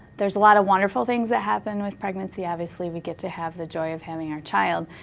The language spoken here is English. there's a lot of wonderful things that happen with pregnancy. obviously we get to have the joy of having our child,